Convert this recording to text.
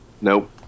Nope